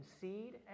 seed